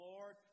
Lord